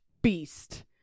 beast